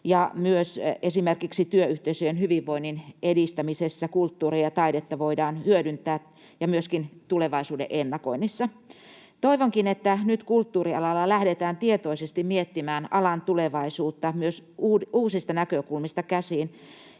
Myös esimerkiksi työyhteisöjen hyvinvoinnin edistämisessä ja tulevaisuuden ennakoinnissa kulttuuria ja taidetta voidaan hyödyntää. Toivonkin, että nyt kulttuurialalla lähdetään tietoisesti miettimään alan tulevaisuutta myös uusista näkökulmista käsin,